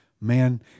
man